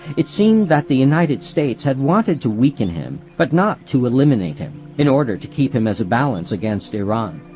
it seemed that the united states had wanted to weaken him, but not to eliminate him, in order to keep him as a balance against iran.